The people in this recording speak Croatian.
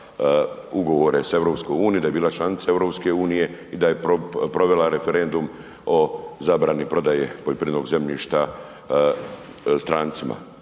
ugovore s EU, da je bila članica EU i da je provela referendum o zabrani prodaje poljoprivrednog zemljišta strancima.